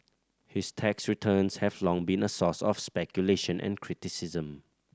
his tax returns have long been a source of speculation and criticism